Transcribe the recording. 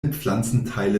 pflanzenteile